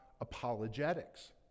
apologetics